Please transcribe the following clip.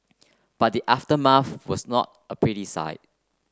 but the was not a pretty sight